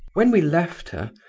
when we left her,